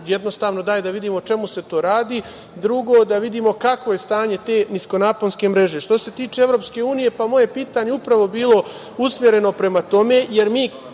jednostavno daj da vidimo o čemu se tu radi, drugo, da vidimo kakvo je stanje te niskonaponske mreže. Što se tiče EU, moje pitanje je upravo bilo usmereno prema tome, jer mi